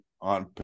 on